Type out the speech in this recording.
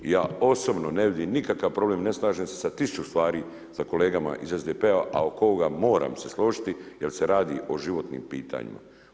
I ja osobno ne vidim nikakav problem i ne slažem se sa tisuću stvari sa kolegama iz SDP-a, ali oko ovoga moram se složiti jel se radi o životnim pitanjima.